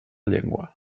llengua